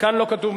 (תיקון, הקמת רשות לאומית לדיור ציבורי),